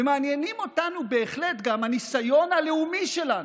ומעניין אותנו גם בהחלט הניסיון הלאומי שלנו.